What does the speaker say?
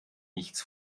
nichts